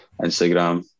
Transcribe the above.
Instagram